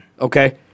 Okay